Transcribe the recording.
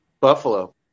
Buffalo